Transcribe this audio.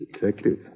Detective